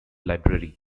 library